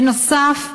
בנוסף,